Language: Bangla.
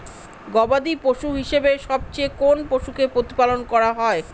গবাদী পশু হিসেবে সবচেয়ে কোন পশুকে প্রতিপালন করা হয়?